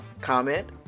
comment